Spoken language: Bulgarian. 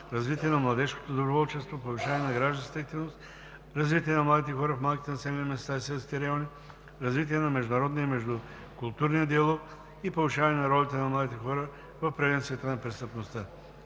развитие на младежкото доброволчество, повишаване на гражданската активност, развитие на младите хора в малките населени места и селските райони, развитие на международния и междукултурния диалог и повишаване на ролята на младите хора в превенцията на престъпността.